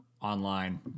online